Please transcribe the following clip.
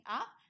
up